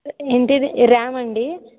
ఏంటిది ర్యామ్ అండి